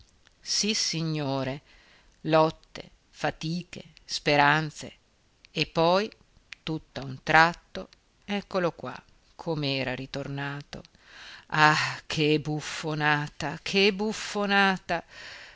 animoso sissignore lotte fatiche speranze e poi tutt'a un tratto eccolo qua com'era ritornato ah che buffonata che buffonata